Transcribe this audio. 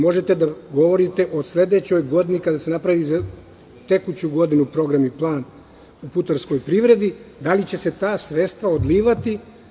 Možete da govorite o sledećoj godini kada se napravi za tekuću godinu plan i program u putarskj privredi, da li će se ta sredstva odlivati.